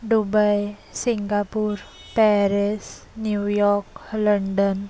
Dubai Singapore Paris New York London